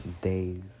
days